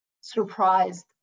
surprised